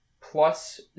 plus